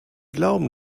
glauben